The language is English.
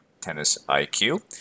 TennisIQ